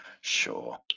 Sure